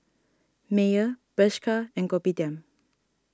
Mayer Bershka and Kopitiam